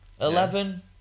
Eleven